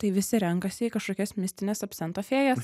tai visi renkasi į kažkokias mistines absento fėjas